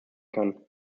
kann